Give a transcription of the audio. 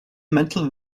metal